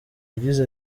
yagize